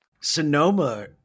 sonoma